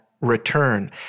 return